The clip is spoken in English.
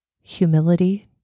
Humility